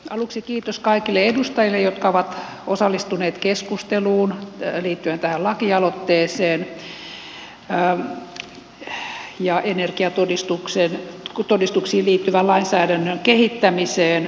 aluksi kiitos kaikille edustajille jotka ovat osallistuneet keskusteluun liittyen tähän lakialoitteeseen ja energiatodistuksiin liittyvän lainsäädännön kehittämiseen